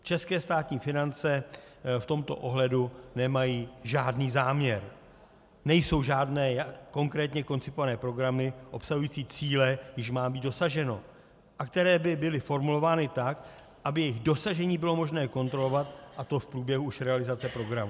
České státní finance v tomto ohledu nemají žádný záměr, nejsou žádné konkrétně koncipované programy obsahující cíle, jichž má být dosaženo a které by byly formulovány tak, aby jejich dosažení bylo možné kontrolovat, a to už v průběhu realizace programu.